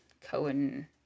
Cohen